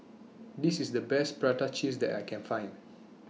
This IS The Best Prata Cheese that I Can Find